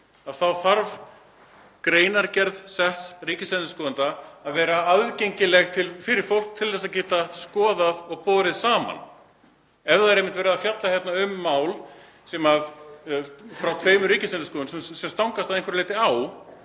þá þarf greinargerð setts ríkisendurskoðanda að vera aðgengileg fyrir fólk til að geta skoðað og borið saman. Ef það er verið að fjalla hérna um mál frá tveimur ríkisendurskoðendum sem stangast að einhverju leyti á